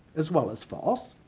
as well as false,